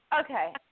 Okay